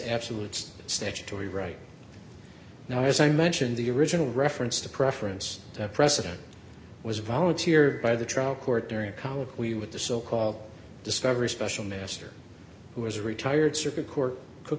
absolutes statutory right now as i mentioned the original reference to preference the president was volunteer by the trial court during a colloquy with the so called discovery special master who was a retired circuit court cook